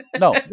No